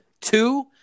Two